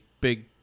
Big